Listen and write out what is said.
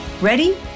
Ready